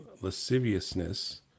lasciviousness